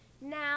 Now